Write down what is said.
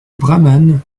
brahmanes